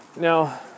Now